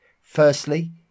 Firstly